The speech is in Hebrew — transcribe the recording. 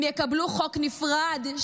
הם יקבלו חוק נפרד,